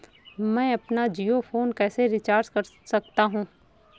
मैं अपना जियो फोन कैसे रिचार्ज कर सकता हूँ?